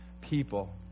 people